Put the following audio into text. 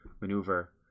maneuver